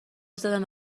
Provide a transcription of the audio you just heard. زدند